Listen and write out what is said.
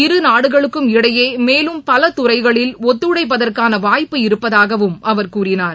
இருநாடுகளுக்கும் இடையே மேலும் பல துறைகளில் ஒத்துழைப்பதற்கான வாய்ப்பு இருப்பதாகவும் அவர் கூறினார்